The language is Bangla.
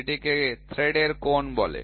এটিকে থ্রেডের কোণ বলে